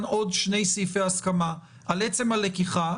עוד שני סעיפי הסכמה על עצם הלקיחה,